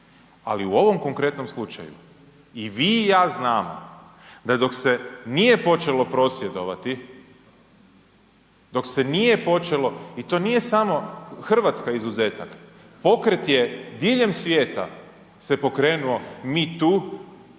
Ali u ovom konkretnom slučaju i vi i ja znamo da dok se nije počelo prosvjedovati, dok se nije počelo i to nije samo RH izuzetak, pokret je diljem svijeta se pokrenuo, mi tu